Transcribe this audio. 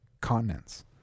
continents